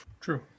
True